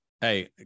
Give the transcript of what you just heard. hey